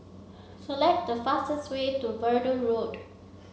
select the fastest way to Verdun Road